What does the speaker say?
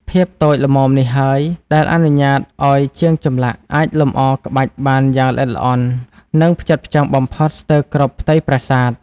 ភាពតូចល្មមនេះហើយដែលអនុញ្ញាតឱ្យជាងចម្លាក់អាចលម្អក្បាច់បានយ៉ាងល្អិតល្អន់ និងផ្ចិតផ្ចង់បំផុតស្ទើរគ្រប់ផ្ទៃប្រាសាទ។